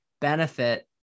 benefit